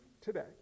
today